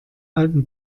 alten